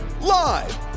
Live